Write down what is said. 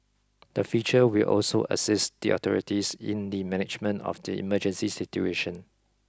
the feature will also assist the authorities in the management of the emergency situation